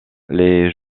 les